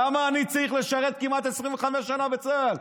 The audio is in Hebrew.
למה אני צריך לשרת כמעט 25 שנה בצה"ל,